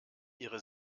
ihre